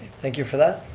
thank you for that.